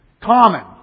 Common